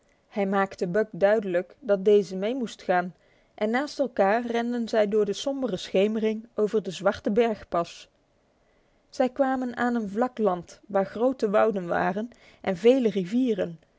hij maakte buck duidelijk dat deze mee moest gaan en naast elkaar renden zij door de sombere schemering over de zwarte bergpas zij kwamen aan een vlak land waar grote wouden waren en vele rivieren